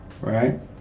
right